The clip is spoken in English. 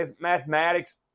Mathematics